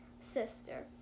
sister